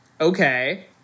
okay